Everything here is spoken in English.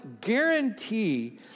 guarantee